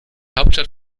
hauptstadt